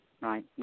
Right